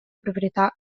proprietà